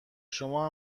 شما